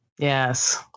Yes